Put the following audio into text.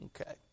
Okay